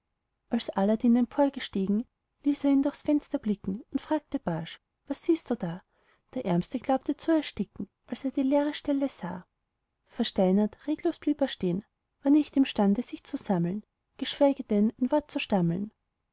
als aladdin emporgestiegen ließ er ihn durch das fenster blicken und fragte barsch was siehst du da der ärmste glaubte zu ersticken als er die leere stelle sah versteinert reglos blieb er stehn war nicht imstande sich zu sammeln geschweige denn ein wort zu stammeln